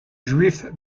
juif